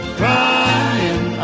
crying